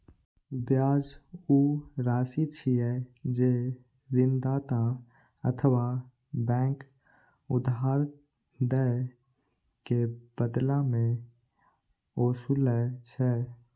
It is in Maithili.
ब्याज ऊ राशि छियै, जे ऋणदाता अथवा बैंक उधार दए के बदला मे ओसूलै छै